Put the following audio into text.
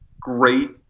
great